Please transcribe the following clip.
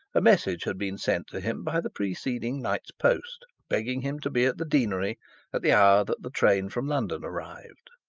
a message had been sent to him by the preceding night's post, begging him to be at the deanery at the hour that the train from london arrived.